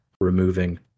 removing